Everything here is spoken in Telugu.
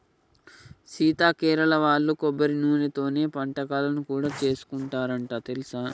సీత కేరళ వాళ్ళు కొబ్బరి నూనెతోనే వంటకాలను కూడా సేసుకుంటారంట తెలుసా